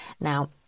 Now